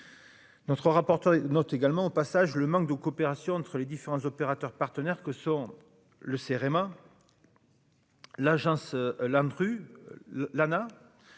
Notre rapporteur note également au passage le manque de coopération entre les différents opérateurs partenaires que sont le CEREMA, l'agence la rue l'Anaes,